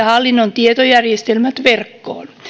hallinnon tietojärjestelmät verkkoon